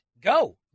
Go